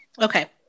Okay